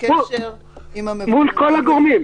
מול כל הגורמים.